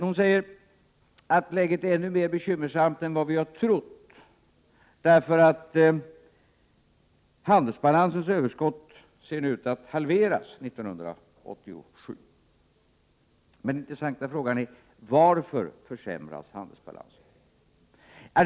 Hon säger att läget är ännu mer bekymmersamt än vad vi har trott därför att handelsbalansens överskott ser ut att halveras 1987. Men den intressanta frågan är: Varför försämras handelsbalansen?